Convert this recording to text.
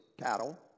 cattle